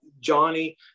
Johnny